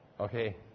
Okay